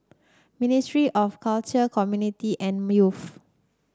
Ministry of Culture Community and Youth